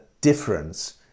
difference